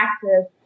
practice